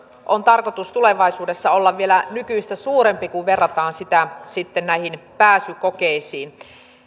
on tarkoitus tulevaisuudessa olla vielä nykyistä suurempi kun verrataan sitä näihin pääsykokeisiin